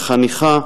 לחניכה,